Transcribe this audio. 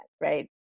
right